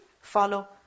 follow